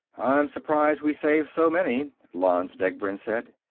i'm surprised we saved so many, lanze degbrend said.